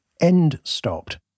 end-stopped